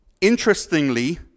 interestingly